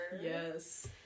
Yes